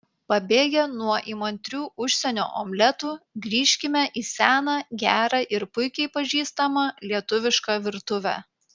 pabėgę nuo įmantrių užsienio omletų grįžkime į seną gerą ir puikiai pažįstamą lietuvišką virtuvę